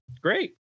great